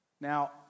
Now